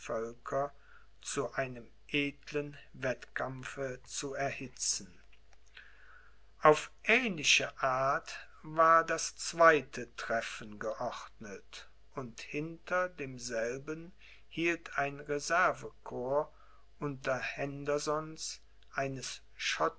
zu einem edeln wettkampfe zu erhitzen auf ähnliche art war das zweite treffen geordnet und hinter demselben hielt ein reservecorps unter hendersons eines